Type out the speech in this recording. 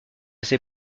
ses